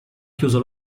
chiuso